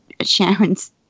sharon's